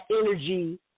energy